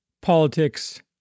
politics